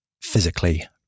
physically